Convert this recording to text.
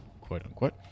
quote-unquote